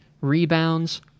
rebounds